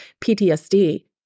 PTSD